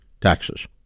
taxes